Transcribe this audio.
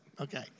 okay